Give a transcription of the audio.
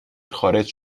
خارج